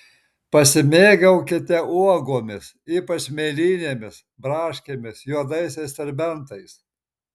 pasimėgaukite uogomis ypač mėlynėmis braškėmis juodaisiais serbentais